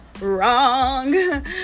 Wrong